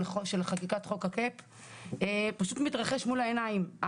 חקיקת חוק ה-Cap פשוט מתרחש מול העיניים.